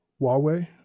Huawei